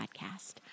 Podcast